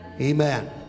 Amen